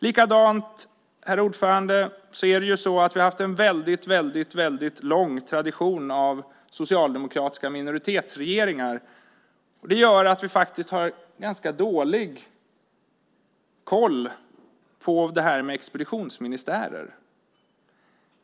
Likadant, herr talman, är det ju så att vi har haft en väldigt, väldigt lång tradition av socialdemokratiska minoritetsregeringar. Det gör att vi faktiskt har ganska dålig koll på det här med expeditionsministärer.